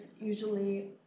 usually